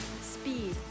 Speed